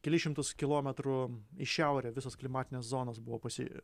kelis šimtus kilometrų į šiaurę visos klimatinės zonos buvo pasi